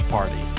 Party